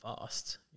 fast